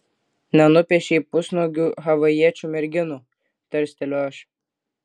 nenupiešei pusnuogių havajiečių merginų tarsteliu aš